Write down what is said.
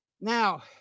Now